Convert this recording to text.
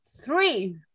three